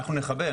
אנחנו נכבה,